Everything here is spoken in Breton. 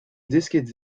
desket